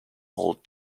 old